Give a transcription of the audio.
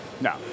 no